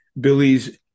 Billy's